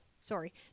sorry